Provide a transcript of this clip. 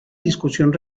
discusión